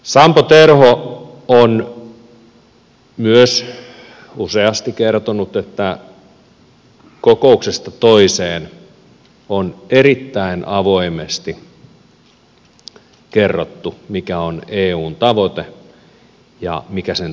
sampo terho on myös useasti kertonut että kokouksesta toiseen on erittäin avoimesti kerrottu mikä on eun tavoite ja mikä sen tulevaisuus on